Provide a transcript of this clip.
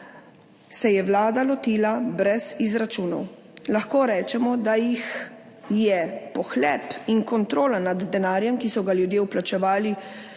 se je Vlada lotila brez izračunov. Lahko rečemo, da jih je pohlep in kontrola nad denarjem, ki so ga ljudje vplačevali